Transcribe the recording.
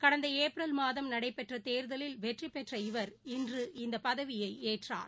கடந்தஏப்ரல் மாதம் நடைபெற்றதேர்தலில் வெற்றிபெற்ற இவர் இன்று இந்தபதவியைஏற்றார்